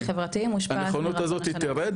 הנכונות הזאתי תרד,